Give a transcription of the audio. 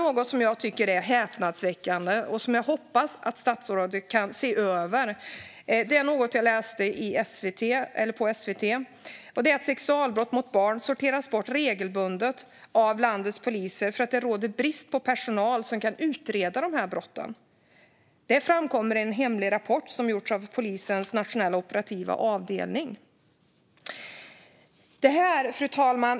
Något som jag tycker är häpnadsväckande och som jag hoppas att statsrådet kan se över är något som jag läste på svt.se. Det handlar om att utredningar av sexualbrott mot barn regelbundet sorteras bort av landets poliser, eftersom det råder brist på personal som kan utreda de brotten. Det framkommer i en hemlig rapport som gjorts av Nationella operativa avdelningen. Fru talman!